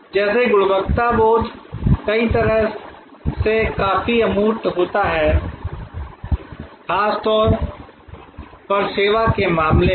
जैसे गुणवत्ता बोध कई तरह से काफी अमूर्त होता है खासकर सेवा के मामले में